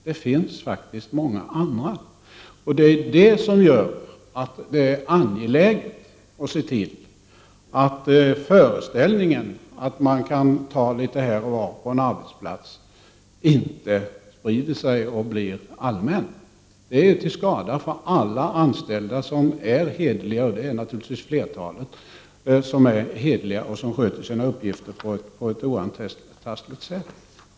Det finns faktiskt många andra. Det är detta som gör det angeläget att se till att föreställningen att man kan ta litet här och var på en arbetsplats inte sprider sig och blir allmän. Det vore till skada för alla anställda som är hederliga, och flertalet är naturligtvis hederliga och sköter sina uppgifter på ett oantastligt sätt.